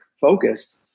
focus